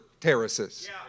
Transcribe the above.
Terraces